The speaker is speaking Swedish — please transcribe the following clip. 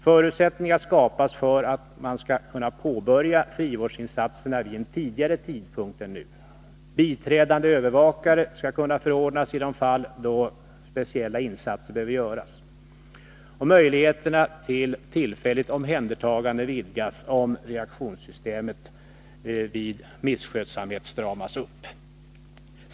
Förutsättningar skapas för att påbörja frivårdsinsatserna vid en tidigare tidpunkt än nu. Biträdande övervakare skall kunna förordnas i de fall när speciella insatser behöver göras. Möjligheterna till tillfälligt omhändertagande vidgas, om reaktionssystemet vid misskötsamhet stramas upp.